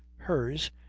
hers,